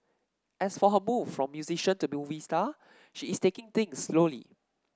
as for her move from musician to movie star she is taking things slowly